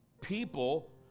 people